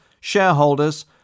shareholders